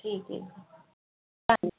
ਠੀਕ ਐ ਜੀ ਹਾਂਜੀ